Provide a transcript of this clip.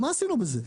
מה עשינו בזה?